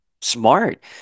smart